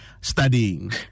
studying